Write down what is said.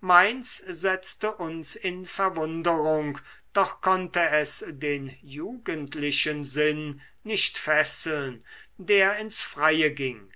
mainz setzte uns in verwunderung doch konnte es den jugendlichen sinn nicht fesseln der ins freie ging